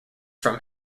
from